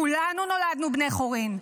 כולנו נולדנו בני חורין.